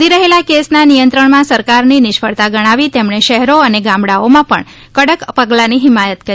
વધી રહેલા કેસના નિયંત્રણમાં સરકારની નિષ્ફળતા ગણાવી તેમણે શહેરો અને ગામડાઓમાં પણ કડક પગલાંની હિમાયત કરી